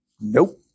Nope